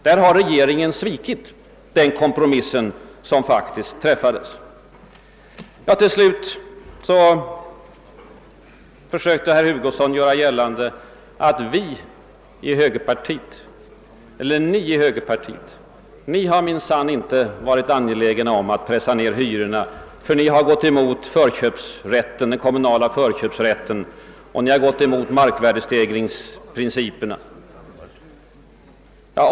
Denna kompromiss har regeringen svikit. Till sist försökte herr Hugosson göra gällande att vi inom högerpartiet inte varit angelägna om att pressa ned hyrorna. Han sade att vi hade gått emot den kommunala förköpsrätten och markvärdestegringslagstiftningen.